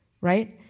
Right